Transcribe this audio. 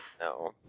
No